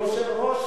בעצם,